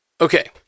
Okay